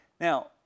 Now